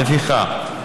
לפיכך,